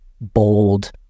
bold